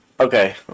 Okay